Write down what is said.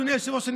אדוני היושב-ראש,